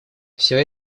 все